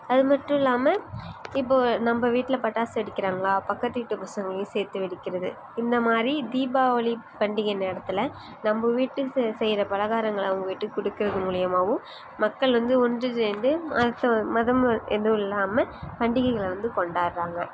அது மட்டும் இல்லாமல் இப்போது நம்ப வீட்டில் பட்டாசு வெடிக்கிறாங்களா பக்கத்து வீட்டு பசங்களையும் சேர்த்து வெடிக்கிறது இந்த மாதிரி தீபாவளி பண்டிகை நேரத்தில் நம்ப வீட்டுக்கு செய்கிற பலகாரங்களை அவங்க வீட்டுக்கு கொடுக்கறது மூலியமாவும் மக்கள் வந்து ஒன்று சேர்ந்து மாற்றம் மதம் எதுவும் இல்லாமல் பண்டிகைகளை வந்து கொண்டாடுறாங்க